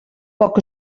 poc